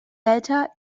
delta